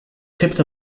tipped